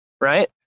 right